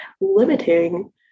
limiting